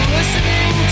listening